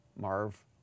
Marv